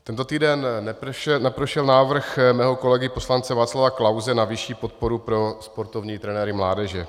Tento týden neprošel návrh mého kolegy poslance Václava Klause na vyšší podporu pro sportovní trenéry mládeže.